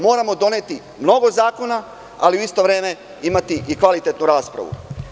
Moramo doneti mnogo zakona, ali u isto vreme imati i kvalitetnu raspravu.